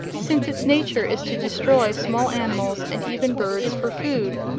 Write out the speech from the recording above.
since its nature is to destroy small animals and even birds for food,